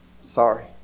Sorry